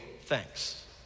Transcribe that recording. thanks